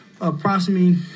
approximately